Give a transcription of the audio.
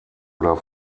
oder